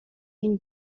une